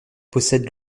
possède